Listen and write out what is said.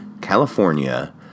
California